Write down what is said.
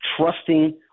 trusting